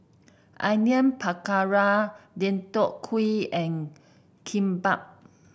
Onion Pakora Deodeok Gui and Kimbap